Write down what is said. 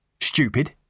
Stupid